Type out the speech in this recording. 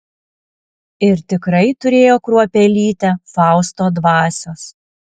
ir tikrai turėjo kruopelytę fausto dvasios